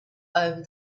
over